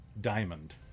diamond